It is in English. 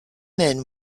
men